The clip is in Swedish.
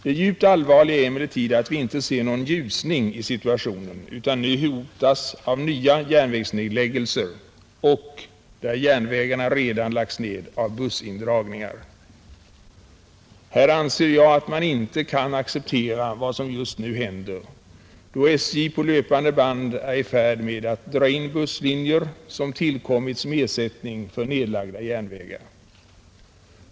Det djupt allvarliga är emellertid att vi inte ser någon ljusning i situationen utan nu hotas av nya järnvägsnedläggelser och — där järnvägarna redan lagts ned — av bussindragningar. Man kan inte acceptera vad som just nu händer här, då SJ är i färd med att på löpande band hota med att dra in busslinjer som tillkommit som ersättning för nedlagda järnvägar.